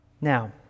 Now